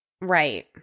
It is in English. right